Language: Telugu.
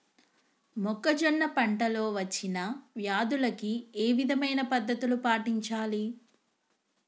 మొక్కజొన్న పంట లో వచ్చిన వ్యాధులకి ఏ విధమైన పద్ధతులు పాటించాలి?